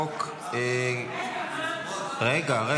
כרגע נעבור להצעת חוק ------ רגע.